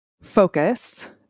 focus